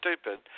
stupid